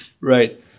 Right